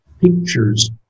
pictures